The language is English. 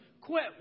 quit